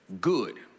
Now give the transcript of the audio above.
good